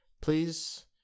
Please